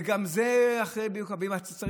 וגם זה אחרי ביורוקרטיה.